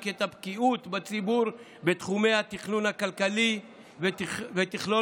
את הבקיאות בציבור בתחומי התכנון הכלכלי ותכלול